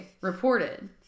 reported